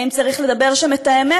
האם צריך לדבר שם אמת?